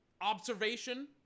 observation